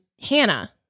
Hannah